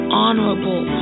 honorable